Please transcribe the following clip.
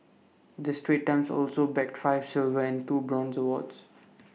the straits times also bagged five silver and two bronze awards